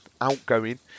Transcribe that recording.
outgoing